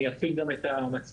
אז אני אפעיל גם את המצלמה.